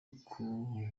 kuba